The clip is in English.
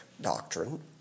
doctrine